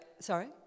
sorry